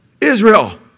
Israel